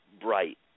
bright